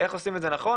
איך עושים את זה נכון,